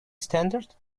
standard